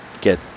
get